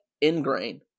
ingrain